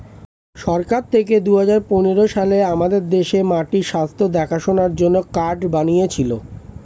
সরকার থেকে দুহাজার পনেরো সালে আমাদের দেশে মাটির স্বাস্থ্য দেখাশোনার জন্যে কার্ড বানিয়েছিলো